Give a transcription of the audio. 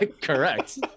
Correct